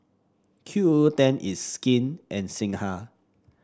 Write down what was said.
Q O O ten It's Skin and Singha